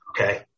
Okay